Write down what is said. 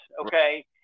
okay